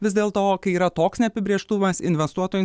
vis dėlto kai yra toks neapibrėžtumas investuotojų